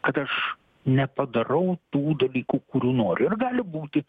kad aš nepadarau tų dalykų kurių noriu ir gali būti